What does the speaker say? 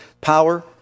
power